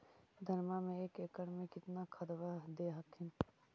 धनमा मे एक एकड़ मे कितना खदबा दे हखिन?